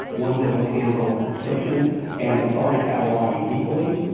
one that would handle descriptions and authority cataloging equally.